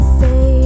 say